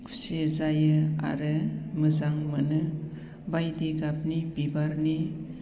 खुसि जायो आरो मोजां मोनो बायदि गाबनि बिबारनि